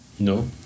No